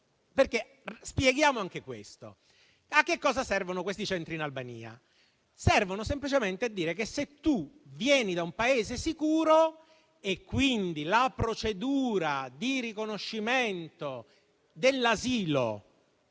Spieghiamo anche questo. A cosa servono questi centri in Albania? Servono semplicemente a dire che se tu vieni da un Paese sicuro, quindi la procedura di riconoscimento dell'asilo